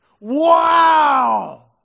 Wow